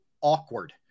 awkward